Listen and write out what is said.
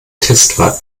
testfahrt